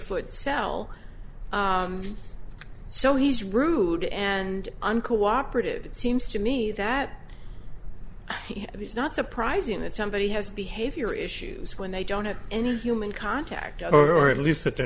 foot cell so he's rude and uncooperative it seems to me that it's not surprising that somebody has behavior issues when they don't have any human contact or at least that they're